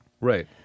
Right